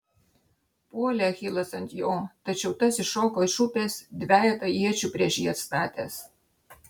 puolė achilas ant jo tačiau tas iššoko iš upės dvejetą iečių prieš jį atstatęs